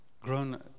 grown